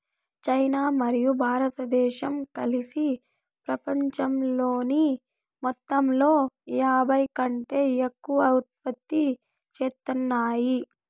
China మరియు భారతదేశం కలిసి పపంచంలోని మొత్తంలో యాభైకంటే ఎక్కువ ఉత్పత్తి చేత్తాన్నాయి